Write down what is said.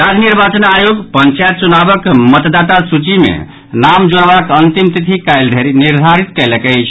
राज्य निर्वाचन आयोग पंचायत चुनावक मतदाता सूची मे नाम जोड़बाक अंतिम तिथि काल्हि धरि निर्धारित कयलक अछि